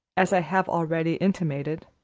as i have already intimated,